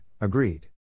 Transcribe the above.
agreed